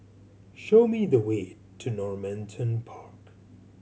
show me the way to Normanton Park